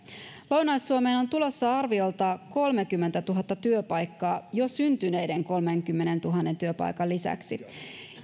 lounais suomeen on tulossa arviolta kolmekymmentätuhatta työpaikkaa jo syntyneiden kolmenkymmenentuhannen työpaikan lisäksi